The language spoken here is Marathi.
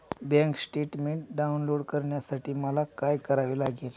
बँक स्टेटमेन्ट डाउनलोड करण्यासाठी मला काय करावे लागेल?